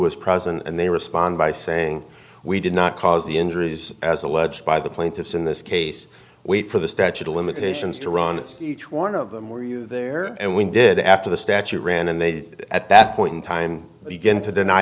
is present and they respond by saying we did not cause the injuries as alleged by the plaintiffs in this case wait for the statute of limitations to run each one of them or you there and we did after the statute ran and they at that point in time began to deny